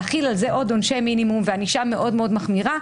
להחיל על זה עוד עונשי מינימום וענישה מאוד מאוד מחמירה.